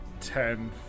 ten